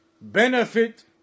benefit